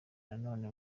nanone